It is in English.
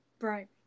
Right